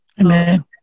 Amen